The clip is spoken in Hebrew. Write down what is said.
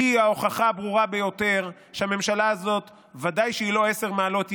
היא ההוכחה הברורה ביותר שהממשלה הזאת היא בוודאי לא עשר מעלות ימינה,